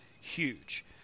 huge